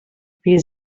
wir